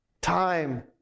time